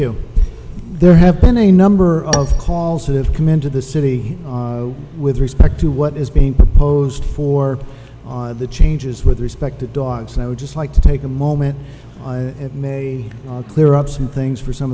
you there have been a number of calls that have come into the city with respect to what is being proposed for the changes with respect to dogs and i would just like to take a moment it may clear up some things for some